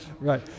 right